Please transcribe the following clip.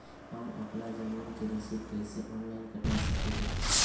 हम अपना जमीन के रसीद कईसे ऑनलाइन कटा सकिले?